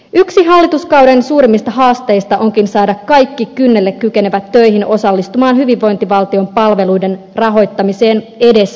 yksi hallituskauden suurimmista haasteista onkin saada kaikki kynnelle kykenevät töihin osallistumaan hyvinvointivaltion palveluiden rahoittamiseen edes osittain